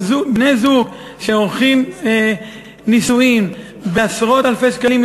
בני-זוג שעורכים נישואים בעשרות אלפי שקלים,